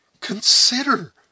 consider